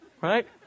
Right